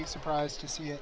be surprised to see